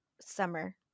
summer